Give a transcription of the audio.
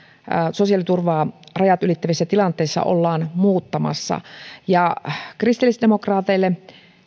sosiaaliturvaa rajat ylittävissä tilanteissa ollaan muuttamassa kristillisdemokraateille